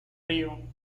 río